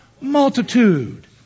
multitude